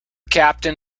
captain